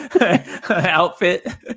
outfit